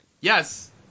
yes